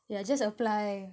yeah just apply